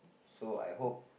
so I hope